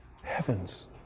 heavens